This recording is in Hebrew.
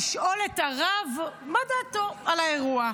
לשאול את הרב מה דעתו על האירוע.